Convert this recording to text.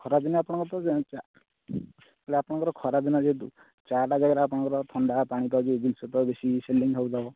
ଖରାଦିନେ ଆପଣଙ୍କର ତ ଯେଉଁ ଚା' ହେଲେ ଆପଣଙ୍କର ଖରାଦିନ ଯେହେତୁ ଚା'ଟା ଜାଗାରେ ଆପଣଙ୍କର ଥଣ୍ଡା ପାଣି ପାଉଚ୍ ଯେଉଁ ଜିନିଷ ଯେତିକି ବେଶୀ ସେଲିଙ୍ଗ୍ ହେଉଥିବ